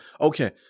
Okay